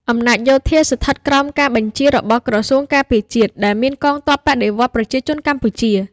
អំណាចយោធាស្ថិតក្រោមការបញ្ជារបស់ក្រសួងការពារជាតិ ដែលមានកងទ័ពបដិវត្តន៍ប្រជាជនកម្ពុជា។